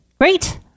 Great